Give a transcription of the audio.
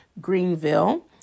Greenville